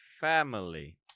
family